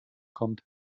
kommt